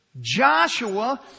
Joshua